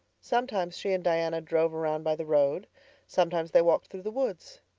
sometimes she and diana drove around by the road sometimes they walked through the woods.